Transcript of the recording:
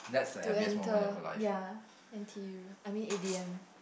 to enter ya N_T_U I mean a_d_m